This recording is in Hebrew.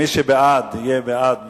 מי שבעד יהיה בעד מליאה,